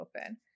open